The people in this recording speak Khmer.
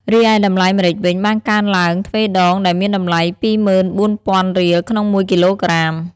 រីឯតម្លៃម្រេចវិញបានកើនឡើងទ្វេដងដែលមានតម្លៃ ២ ម៉ឺន ៤ ពាន់រៀលក្នុងមួយគីឡូក្រាម។